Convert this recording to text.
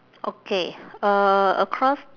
okay uh across